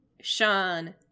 Sean